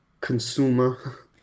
consumer